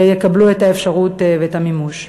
יקבלו את האפשרות ואת המימוש.